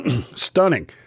stunning